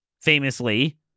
famously